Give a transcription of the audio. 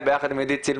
אבל יחד עם זאת,